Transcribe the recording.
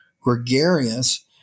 gregarious